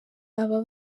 aba